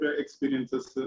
experiences